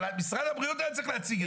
אבל משרד הבריאות היה צריך להציג את זה.